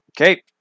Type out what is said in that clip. Okay